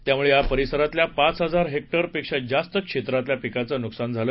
त्यामुळे या परिसरातल्या पाच हजार हेक्टर पेक्षा जास्त क्षेत्रातल्या पिकांचं नुकसान झालं